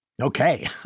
Okay